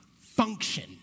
function